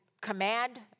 command